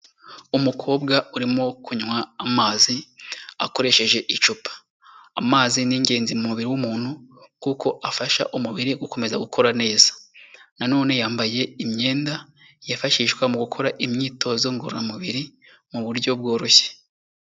Umukobwa urimo kunywa amazi akoresheje icupa, amazi ni ingenzi mu mubiri w'umuntu, kuko afasha umubiri gukomeza gukora neza, nanone yambaye imyenda yifashishwa mu gukora imyitozo ngororamubiri mu buryo bworoshye.